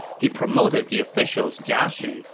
he promoted the officials jia xu,